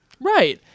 Right